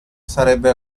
sarebbe